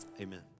amen